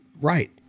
right